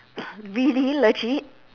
really legit